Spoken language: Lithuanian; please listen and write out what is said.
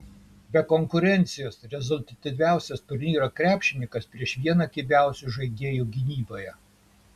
be konkurencijos rezultatyviausias turnyro krepšininkas prieš vieną kibiausių žaidėjų gynyboje